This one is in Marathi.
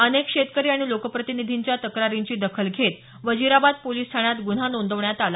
अनेक शेतकरी आणि लोकप्रतिनिधींच्या तक्रारीची दखल घेत वजिराबाद पोलिस ठाण्यात हा गुन्हा नोंदवण्यात आला